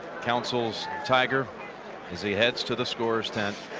council's tiger is he heads to the scores tent